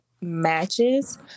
matches